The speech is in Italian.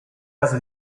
casa